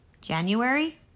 January